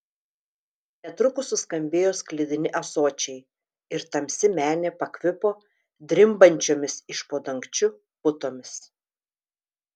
netrukus suskambėjo sklidini ąsočiai ir tamsi menė pakvipo drimbančiomis iš po dangčiu putomis